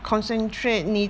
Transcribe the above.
causing trade